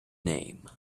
name